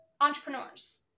entrepreneurs